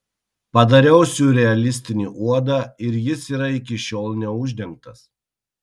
padariau siurrealistinį uodą ir jis yra iki šiol neuždengtas